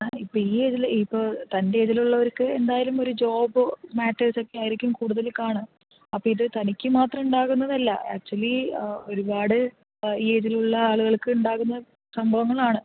ഇപ്പം ഈ ഏയ്ജിൽ ഇപ്പോൾ തൻ്റെ ഏയ്ജിലുള്ളവർക്ക് എന്തായാലും ഒരു ജോബ് മാറ്റേർസൊക്കെ ആയിരിക്കും കൂടുതൽ കാണുക അപ്പോൾ ഇത് തനിക്ക് മാത്രം ഉണ്ടാകുന്നതല്ല ആക്ച്ച്വലി ഒരുപാട് ഈ ഏയ്ജിലുള്ള ആളുകൾക്ക് ഉണ്ടാകുന്ന സംഭവങ്ങളാണ്